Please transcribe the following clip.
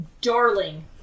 darling